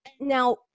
Now